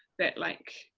that like,